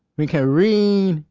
we can read.